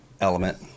Element